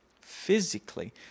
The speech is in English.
physically